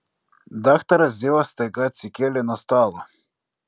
daktaras zivas staiga atsikėlė nuo stalo